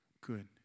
Good